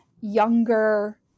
younger